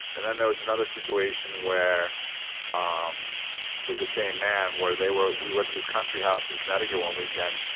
and then there was another situation where um with the same man, where they were we went to his country house in connecticut one weekend,